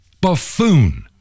buffoon